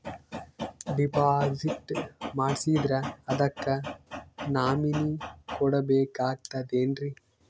Deposit ಮಾಡ್ಸಿದ್ರ ಅದಕ್ಕ nominee ಕೊಡಬೇಕಾಗ್ತದ್ರಿ?